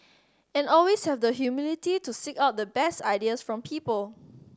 and always have the humility to seek out the best ideas from people